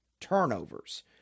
turnovers